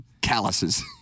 calluses